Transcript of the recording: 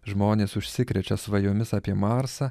žmonės užsikrečia svajomis apie marsą